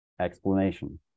explanation